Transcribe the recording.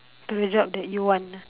to the job that you want